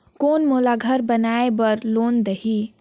कौन मोला घर बनाय बार लोन देही?